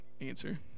answer